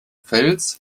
fels